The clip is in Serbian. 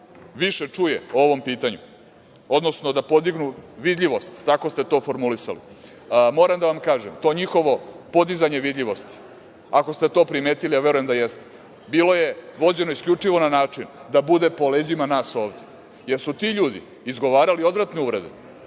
više čuje po ovom pitanju, odnosno da podignu vidljivost tako ste to formulisali, moram da vam kažem da je to njihovo podizanje vidljivosti, ako ste to primetili, a verujem da jeste, bilo vođeno isključivo na način da bude po leđima nas ovde, jer su ti ljudi izgovarali odvratne uvrede